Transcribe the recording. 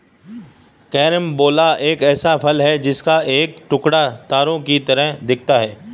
carambola एक ऐसा फल है जिसका एक टुकड़ा तारों की तरह दिखता है